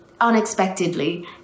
unexpectedly